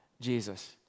Jesus